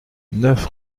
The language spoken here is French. neuf